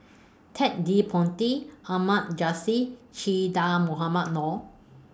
Ted De Ponti Ahmad Jais Che Dah Mohamed Noor